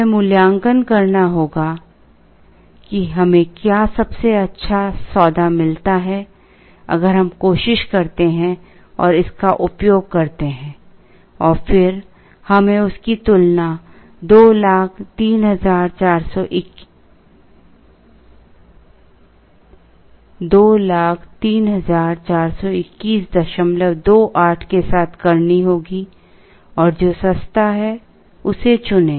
हमें मूल्यांकन करना होगा कि हमें क्या सबसे अच्छा सौदा मिलता है अगर हम कोशिश करते हैं और इसका उपयोग करते हैं और फिर हमें उसकी तुलना 20342128 के साथ करनी होगी और जो सस्ता है उसे चुनें